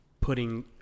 putting